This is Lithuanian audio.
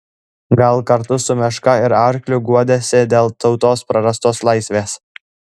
gal kartu su meška ir arkliu guodėsi dėl tautos prarastos laisvės